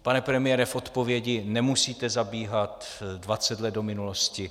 Pane premiére, v odpovědi nemusíte zabíhat dvacet let do minulosti.